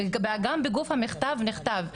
וגם בגוף המכתב נכתב.